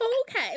Okay